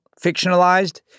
fictionalized